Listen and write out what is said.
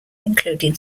including